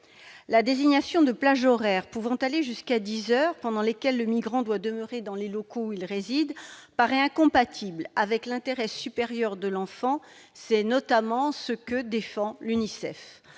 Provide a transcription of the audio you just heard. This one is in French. La désignation de plages horaires pouvant aller jusqu'à 10 heures, pendant lesquelles le migrant doit demeurer dans les locaux où il réside, paraît incompatible avec l'intérêt supérieur de l'enfant. C'est notamment ce que défend l'UNICEF.